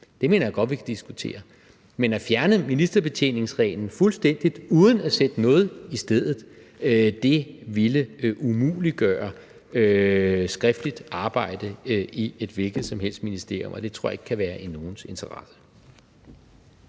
Det mener jeg godt vi kan diskutere, men at fjerne ministerbetjeningsreglen fuldstændig uden at sætte noget i stedet ville umuliggøre skriftligt arbejde i et hvilket som helst ministerium, og det tror jeg ikke kan være i nogens interesse.